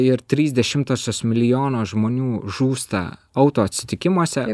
ir trys dešimtosios milijono žmonių žūsta auto atsitikimuose